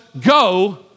go